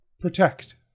protect